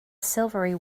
silvery